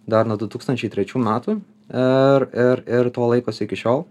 dar nuo du tūkstančiai trečių metų ir ir ir to laikosi iki šiol